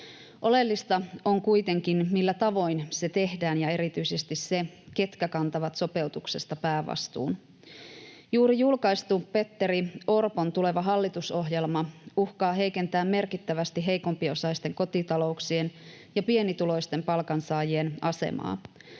Oleellista on kuitenkin se, millä tavoin se tehdään, ja erityisesti se, ketkä kantavat sopeutuksesta päävastuun. Juuri julkaistu Petteri Orpon tuleva hallitusohjelma uhkaa heikentää merkittävästi heikompiosaisten kotitalouksien ja pienituloisten palkansaajien asemaa.